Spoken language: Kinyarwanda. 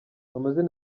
amazina